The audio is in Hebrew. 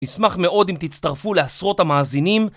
אשמח מאוד אם תצטרפו לעשרות המאזינים